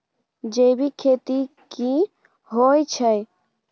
जैविक खेती की होए छै?